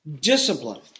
discipline